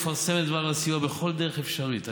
מפרסמת את דבר הסיוע בכל דרך אפשרית.